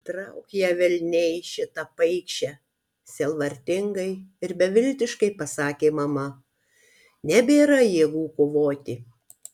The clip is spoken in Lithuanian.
trauk ją velniai šitą paikšę sielvartingai ir beviltiškai pasakė mama nebėra jėgų kovoti